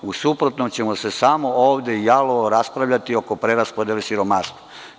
U suprotnom ćemo se samo ovde jalovo raspravljati oko preraspodele siromaštva.